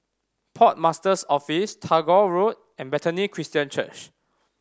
Port Master's Office Tagore Road and Bethany Christian Church